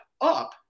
up